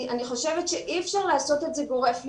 אני חושבת שאי אפשר לעשות את זה גורף לילדים.